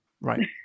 Right